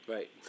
Right